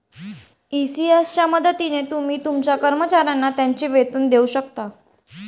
ECS च्या मदतीने तुम्ही तुमच्या कर्मचाऱ्यांना त्यांचे वेतन देऊ शकता